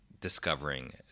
discovering